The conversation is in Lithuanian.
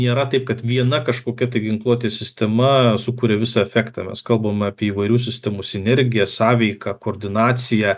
nėra taip kad viena kažkokia ginkluotės sistema sukuria visą efektą mes kalbam apie įvairių sistemų sinergiją sąveiką koordinaciją